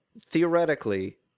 theoretically